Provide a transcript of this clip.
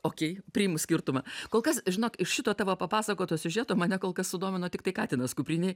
okei priimu skirtumą kol kas žinok iš šito tavo papasakoto siužeto mane kol kas sudomino tiktai katinas kuprinėj